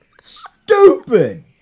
Stupid